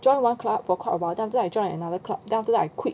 join one club for quite a while then after I join another club then after that I quit